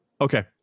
Okay